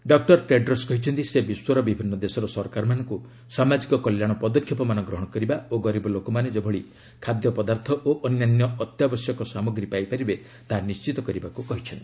doctor Tedros କହିଛନ୍ତି ସେ ବିଶ୍ୱର ବିଭିନ୍ନ ଦେଶର ସରକାରମାନଙ୍କୁ ସାମାଜିକ କଲ୍ୟାଣ ପଦକ୍ଷେପମାନ ଗ୍ରହଣ କରିବା ଓ ଗରିବ ଲୋକମାନେ ଯେଭଳି ଖାଦ୍ୟପଦାର୍ଥ ଓ ଅନ୍ୟାନ୍ୟ ଅତ୍ୟାବଶ୍ୟକ ସାମଗ୍ରୀ ପାଇପାରିବେ ତାହା ନିଶ୍ଚିତ କରିବାକୁ କହିଛନ୍ତି